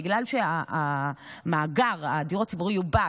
בגלל שהדיור הציבורי יובש,